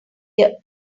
your